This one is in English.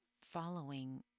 following